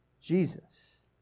Jesus